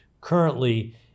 Currently